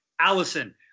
Allison